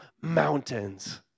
mountains